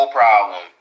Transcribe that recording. problem